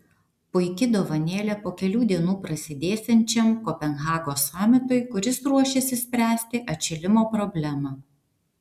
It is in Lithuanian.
puiki dovanėlė po kelių dienų prasidėsiančiam kopenhagos samitui kuris ruošiasi spręsti atšilimo problemą